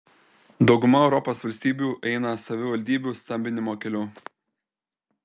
dauguma europos valstybių eina savivaldybių stambinimo keliu